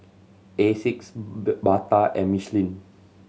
Asics Bata and Michelin